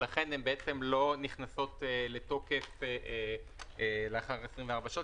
ולכן הן בעצם לא נכנסות לתוקף לאחר 24 שעות,